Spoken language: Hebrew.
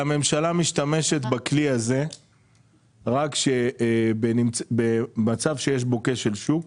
הממשלה משתמשת בכלי הזה רק במצב שיש בו כשל שוק.